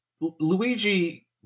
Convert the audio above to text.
Luigi